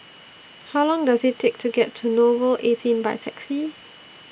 How Long Does IT Take to get to Nouvel eighteen By Taxi